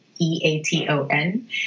E-A-T-O-N